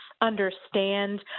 understand